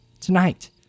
Tonight